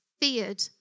feared